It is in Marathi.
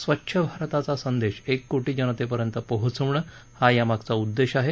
स्वच्छ भारताचा संदेश एक कोटी जनतेपर्यंत पोहोचवणं हा यामागचा उद्देश आहे